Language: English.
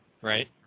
Right